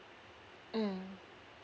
mm